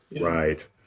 Right